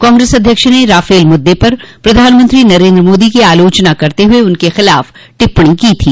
कांग्रेस अध्यक्ष ने राफल मुद्दे पर प्रधानमंत्री मोदी की आलोचना करते हुए उनके खिलाफ टिप्पणी की थी